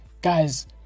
guys